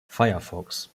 firefox